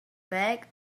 back